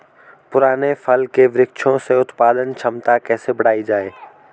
पुराने फल के वृक्षों से उत्पादन क्षमता कैसे बढ़ायी जाए?